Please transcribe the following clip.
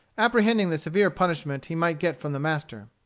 apprehending the severe punishment he might get from the master.